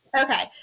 Okay